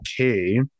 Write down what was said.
okay –